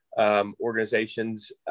Organizations